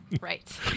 Right